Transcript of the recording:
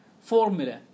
formula